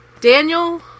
Daniel